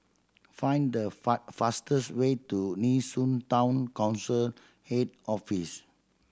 find the fastest way to Nee Soon Town Council Head Office